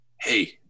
Hey